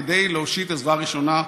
כדי להושיט עזרה ראשונה.